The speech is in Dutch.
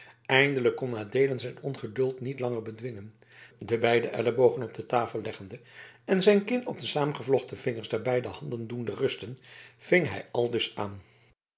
eindelijk kon adeelen zijn ongeduld niet langer bedwingen de beide ellebogen op de tafel leggende en zijn kin op de saamgevlochten vingers der beide handen doende rusten ving hij aldus aan